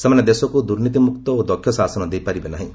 ସେମାନେ ଦେଶକୁ ଦୁର୍ନୀତିମୁକ୍ତ ଓ ଦକ୍ଷ ଶାସନ ଦେଇପାରିବେ ନାହିଁ